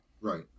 Right